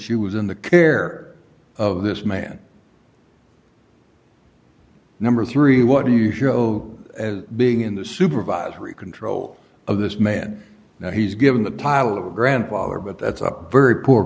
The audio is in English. she was in the care of this man number three what do you show as being in the supervisory control of this man that he's given the pile of groundwater but that's a very poor